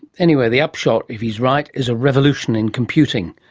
anyway, the upshot, if he's right, is a revolution in computing.